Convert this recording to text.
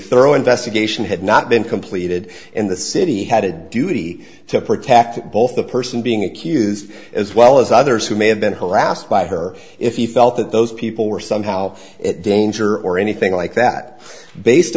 thorough investigation had not been completed and the city had a duty to protect both the person being accused as well as others who may have been harassed by her if he felt that those people were somehow at danger or anything like that based